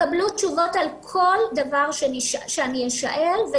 תקבלו תשובות על כל דבר שאני אשאל.